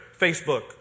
Facebook